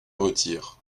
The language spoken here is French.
retire